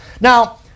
Now